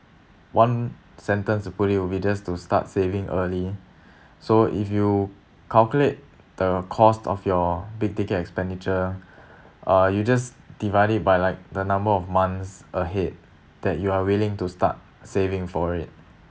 one sentence to put it will be just to start saving early so if you calculate the cost of your big ticket expenditure uh you just divide it by like the number of months ahead that you are willing to start saving for it